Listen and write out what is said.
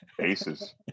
aces